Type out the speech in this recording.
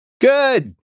Good